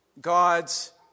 God's